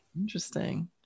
interesting